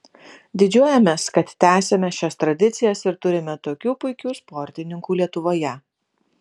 didžiuojamės kad tęsiame šias tradicijas ir turime tokių puikių sportininkų lietuvoje